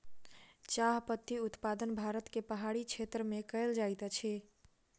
चाह पत्ती उत्पादन भारत के पहाड़ी क्षेत्र में कयल जाइत अछि